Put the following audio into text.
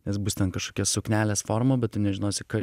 nes bus ten kažkokia suknelės forma bet tu nežinosi kad